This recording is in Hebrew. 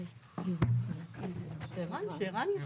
שערן ישיב.